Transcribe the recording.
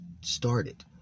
started